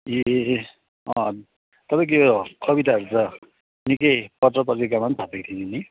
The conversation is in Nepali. ए तपाईँको यो कविताहरू त निक्कै पत्र पत्रिकामा पनि छापिएको थियो नि